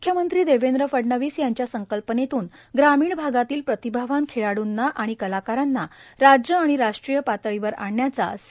मुख्यमंत्री देवेंद्र फडणवीस यांच्या संकल्पनेतून ग्रामीण भागातील प्रतिभावान खेळाडूंना आणि कलाकारांना राज्य आणि राष्ट्रीय पातळीवर आणण्याचा सी